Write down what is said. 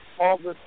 August